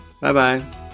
Bye-bye